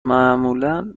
معمولا